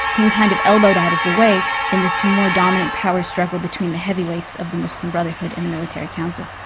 being kind of elbowed out of the way in this more dominant power struggle between the heavyweights of the muslim brotherhood and the military council.